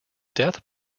death